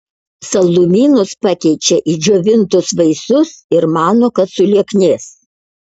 saldumynus pakeičia į džiovintus vaisius ir mano kad sulieknės